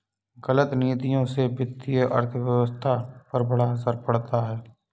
गलत नीतियों से वित्तीय अर्थव्यवस्था पर बड़ा असर पड़ता है